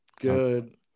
Good